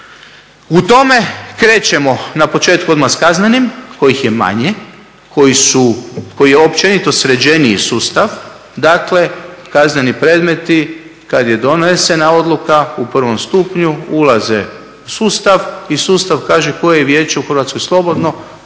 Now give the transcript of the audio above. U tome krećemo na početku odmah s kaznenim kojih je manje, koji je općenito sređeniji sustav dakle kazneni predmeti. Kad je donesena odluka u prvom stupnju ulaze u sustav i sustav kaže koje je vijeće u Hrvatskoj slobodno,